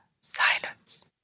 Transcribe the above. Silence